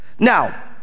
Now